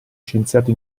scienziato